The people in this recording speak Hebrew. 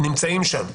נמצאים שם,